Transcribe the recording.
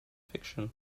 fiction